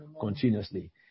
continuously